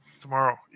Tomorrow